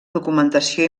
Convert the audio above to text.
documentació